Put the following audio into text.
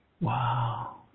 Wow